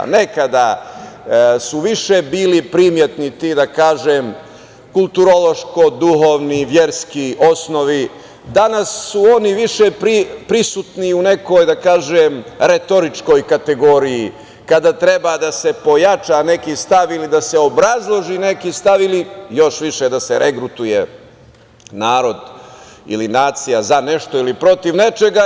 Nekada su više bili primetni ti, da kažem, kulturološko duhovni, verski osnovi, danas su oni više prisutni u nekoj, da kažem, retoričkoj kategoriji kada treba da se pojača neki stav ili da se obrazloži neki stav ili još više da se regrutuje narod ili nacija za nešto ili protiv nečega.